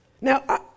Now